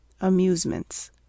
amusements